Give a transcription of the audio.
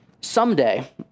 Someday